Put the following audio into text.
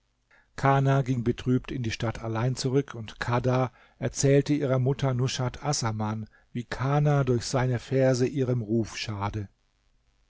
kana ging betrübt in die stadt allein zurück und kadha erzählte ihrer mutter nushat assaman wie kana durch seine verse ihrem ruf schade